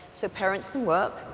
so parents can work,